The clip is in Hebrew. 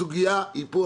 הסוגיה פה,